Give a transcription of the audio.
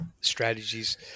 strategies